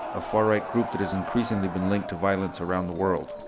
a far-right group that has increasingly been linked to violence around the world.